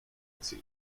taxi